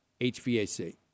HVAC